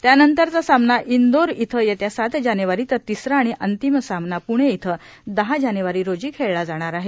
त्यानंतरचा सामना इंदोर इथं येत्या सात जानेवारी तर तिसरा आणि अंतिम सामना प्णे इथं दहा जानेवारी रोजी खेळला जाणार आहे